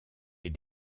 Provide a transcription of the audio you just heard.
est